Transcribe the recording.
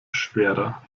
schwerer